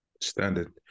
Standard